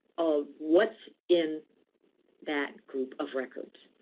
of what's in that group of records.